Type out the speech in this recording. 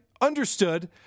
Understood